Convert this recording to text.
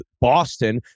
Boston